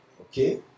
okay